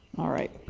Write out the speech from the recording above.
all right?